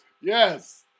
Yes